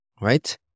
right